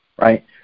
Right